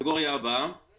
הקטגוריה הבאה היא